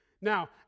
Now